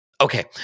Okay